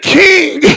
king